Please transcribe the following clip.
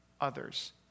others